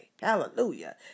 Hallelujah